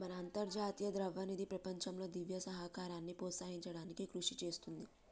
మన అంతర్జాతీయ ద్రవ్యనిధి ప్రపంచంలో దివ్య సహకారాన్ని ప్రోత్సహించడానికి కృషి చేస్తుంది